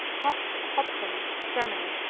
hop, hopfen germany